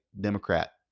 Democrat